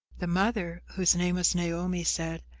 the mother, whose name was naomi, said,